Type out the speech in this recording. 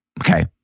Okay